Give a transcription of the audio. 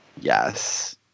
Yes